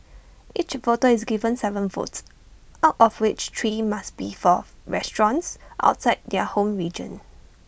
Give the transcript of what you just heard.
each voter is given Seven votes out of which three must be forth restaurants outside their home region